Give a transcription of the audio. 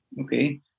Okay